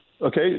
Okay